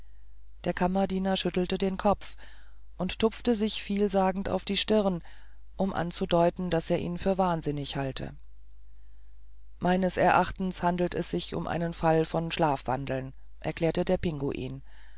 der kammerdiener schüttelte den kopf und tupfte sich vielsagend auf die stirn um anzudeuten daß er ihn für wahnsinnig halte meines erachtens handelt es sich um einen fall von schlafwandeln erklärte der pinguin